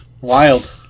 wild